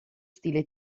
stile